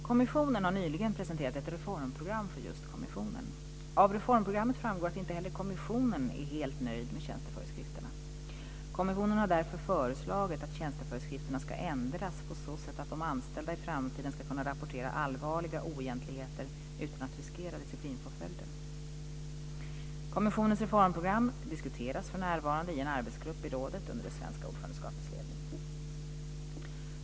Kommissionen har nyligen presenterat ett reformprogram för just kommissionen. Av reformprogrammet framgår att inte heller kommissionen är helt nöjd med tjänsteföreskrifterna. Kommissionen har därför föreslagit att tjänsteföreskrifterna ska ändras på så sätt att de anställda i framtiden ska kunna rapportera allvarliga oegentligheter utan att riskera disciplinpåföljder. Kommissionens reformprogram diskuteras för närvarande i en arbetsgrupp i rådet under det svenska ordförandeskapets ledning.